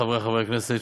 חברי חברי הכנסת,